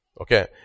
Okay